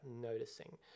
noticing